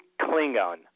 Klingon